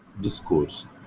discourse